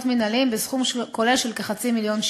מינהליים בסכום כולל של כחצי מיליון שקל.